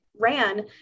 ran